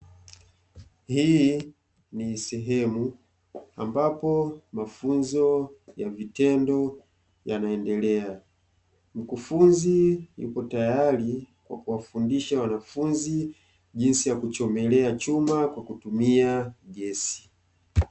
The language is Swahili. Hii ni sehemu ambapo mafunzo ya vitendo yanaendelea. Mkufunzi yupo tayari kwa kuwafundisha wanafunzi jinsi ya kuchomelea chuma kwa kutumia gesi.